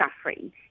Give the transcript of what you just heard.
suffering